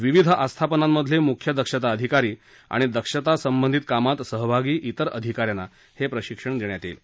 विविध आस्थापनांमधले मुख्य दक्षता अधिकारी आणि दक्षता संबंधित कामात सहभागी इतर अधिकाऱ्यांना हे प्रशिक्षण देण्यात येईल